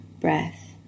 breath